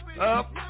Up